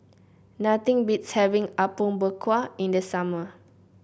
nothing beats having Apom Berkuah in the summer